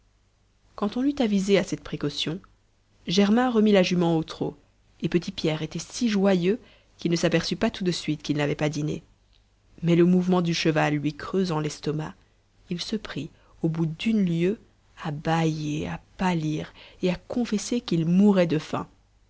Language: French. quand on eut avisé à cette précaution germain remit la jument au trot et petit pierre était si joyeux qu'il ne s'aperçut pas tout de suite qu'il n'avait pas dîné mais le mouvement du cheval lui creusant l'estomac il se prit au bout d'une lieue à bâiller à pâlir et à confesser qu'il mourait de faim